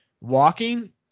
walking